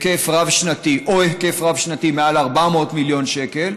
או היקף רב-שנתי מעל 400 מיליון שקל.